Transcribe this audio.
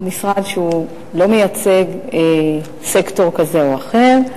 הוא משרד שלא מייצג סקטור כזה או אחר,